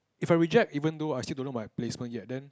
if I reject even though I still don't know my placement yet then